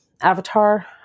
Avatar